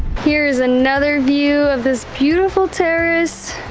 here is another view of this beautiful terrace!